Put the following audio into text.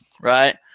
Right